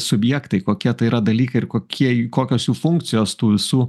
subjektai kokie tai yra dalykai ir kokie kokios jų funkcijos tų visų